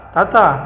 Tata